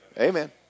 amen